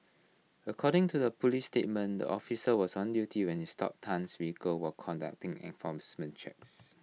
according to the Police statement the officer was on duty when he stopped Tan's vehicle while conducting enforcement checks